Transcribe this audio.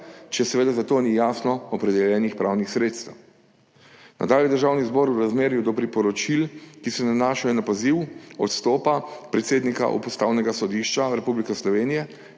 če seveda za to ni jasno opredeljenih pravnih sredstev. Nadalje Državni zbor v razmerju do priporočil, ki se nanašajo na poziv odstopa predsednika Ustavnega sodišča Republike Slovenije